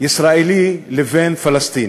ישראלי לבין פלסטיני?